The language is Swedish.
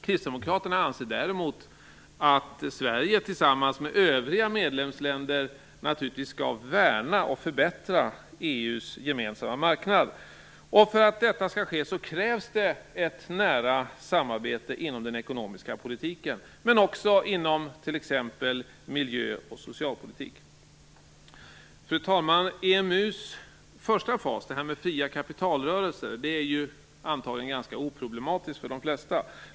Kristdemokraterna anser däremot att Sverige tillsammans med övriga medlemsländer naturligtvis skall värna och förbättra EU:s gemensamma marknad. För att detta skall ske krävs det ett nära samarbete inom den ekonomiska politiken men också inom t.ex. miljöoch socialpolitik. Fru talman! EMU:s första fas, fria kapitalrörelser, är antagligen ganska oproblematiskt för de flesta.